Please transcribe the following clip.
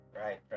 right